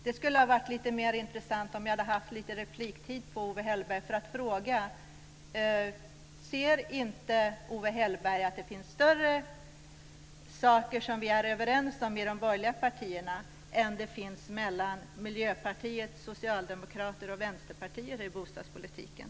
Det skulle ha varit mer intressant om jag hade haft repliktid på Owe Hellberg för att fråga: Ser inte Owe Hellberg att det finns större saker som vi är överens om i de borgerliga partierna än det finns mellan Miljöpartiet, Socialdemokraterna och Vänsterpartiet i bostadspolitiken?`